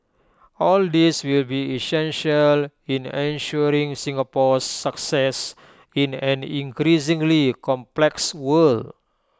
all these will be essential in ensuring Singapore's success in an increasingly complex world